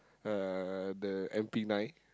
uh the M_P nine